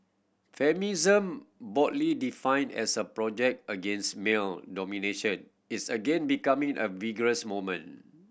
feminism broadly defined as a project against male domination is again becoming a vigorous movement